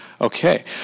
Okay